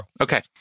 Okay